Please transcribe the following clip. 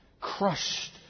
crushed